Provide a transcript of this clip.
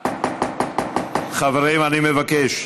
חברים, אני מבקש.